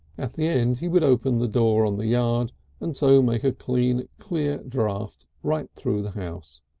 at the end he would open the door on the yard and so make a clean clear draught right through the house.